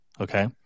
Okay